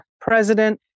president